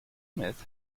myth